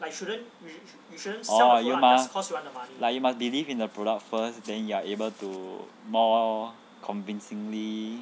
like you must believe in the product first then you are able to more convincingly